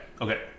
okay